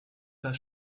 pas